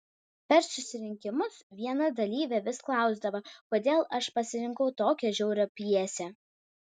per susirinkimus viena dalyvė vis klausdavo kodėl aš pasirinkau tokią žiaurią pjesę